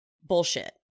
bullshit